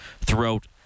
throughout